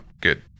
good